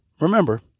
remember